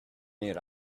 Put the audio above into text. era